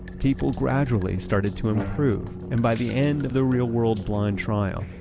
people gradually started to improve. and by the end of the real world blind trial,